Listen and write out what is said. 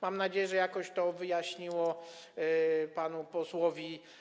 Mam nadzieję, że jakoś to wyjaśniłem panu posłowi.